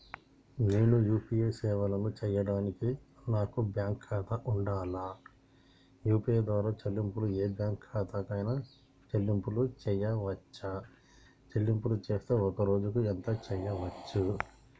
నేను యూ.పీ.ఐ సేవలను చేయడానికి నాకు బ్యాంక్ ఖాతా ఉండాలా? యూ.పీ.ఐ ద్వారా చెల్లింపులు ఏ బ్యాంక్ ఖాతా కైనా చెల్లింపులు చేయవచ్చా? చెల్లింపులు చేస్తే ఒక్క రోజుకు ఎంత చేయవచ్చు?